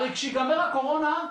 הרי כשיגמר הקורונה,